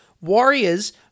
Warriors